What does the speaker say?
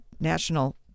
National